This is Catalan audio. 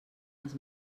els